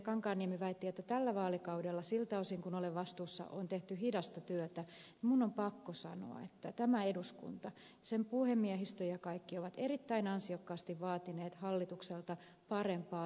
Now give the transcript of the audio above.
kankaanniemi väitti että tällä vaalikaudella siltä osin kun olen vastuussa on tehty hidasta työtä niin minun on pakko sanoa että tämä eduskunta sen puhemiehistö ja kaikki ovat erittäin ansiokkaasti vaatineet hallitukselta parempaa lainsäädännön laatua